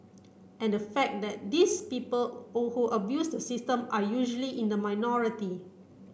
and the fact that these people abuse the system are usually in the minority